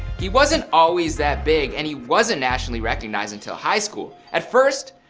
he wasn't always that big and he wasn't nationally recognized until high school. at first,